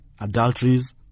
adulteries